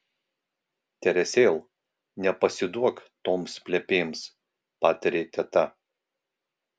teresėl nepasiduok toms plepėms patarė teta